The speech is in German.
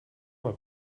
mal